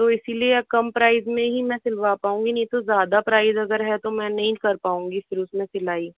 तो इसीलिए कम प्राइस में ही में सिल्वा पाऊंगी नहीं तो ज़्यादा प्राइस अगर है तो मैं नहीं कर पाऊंगी फिर मैं उसमें सिलाई